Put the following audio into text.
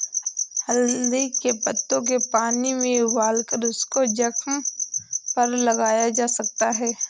हल्दी के पत्तों के पानी में उबालकर उसको जख्म पर लगाया जा सकता है